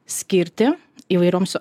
skirti įvairioms